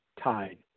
tied